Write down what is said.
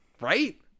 Right